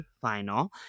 final